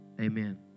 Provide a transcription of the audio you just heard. Amen